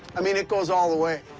i mean, it goes all the way.